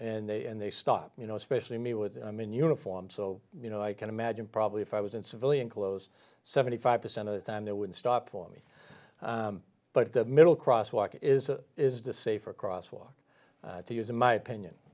and they and they stop you know especially me with i'm in uniform so you know i can imagine probably if i was in civilian clothes seventy five percent of the time they would stop for me but the middle crosswalk is a is the safer crosswalk to use in my opinion